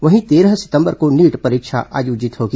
वहीं तेरह सितंबर को नीट परीक्षा आयोजित होगी